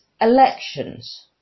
elections